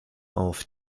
auf